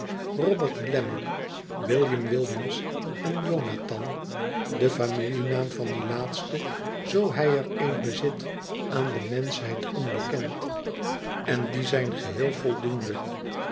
robert glamour william williams en jonathan de familienaam van dien laatste zoo hij er een bezit aan de menschheid onbekend en die zijn geheel voldoende